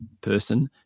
person